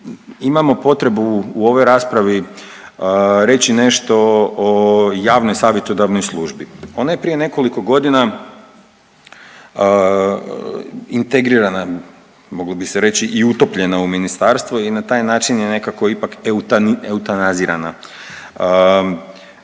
imamo potrebu u ovoj raspravi reći nešto o javnoj savjetodavnoj službi. Ona je prije nekoliko godina integrirana moglo bi se reći i utopljena u Ministarstvo i na taj način je nekako ipak eutanazirana.